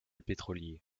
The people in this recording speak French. pétrolier